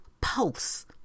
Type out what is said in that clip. pulse